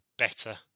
better